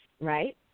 right